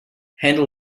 handle